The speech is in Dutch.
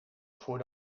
voor